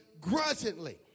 grudgingly